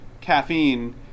caffeine